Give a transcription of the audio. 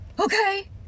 Okay